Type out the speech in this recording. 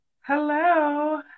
Hello